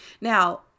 Now